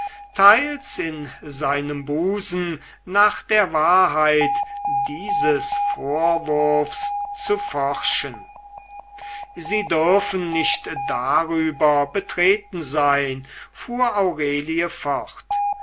teils in seinem busen nach der wahrheit dieses vorwurfs zu forschen sie dürfen nicht darüber betreten sein fuhr aurelie fort